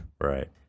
Right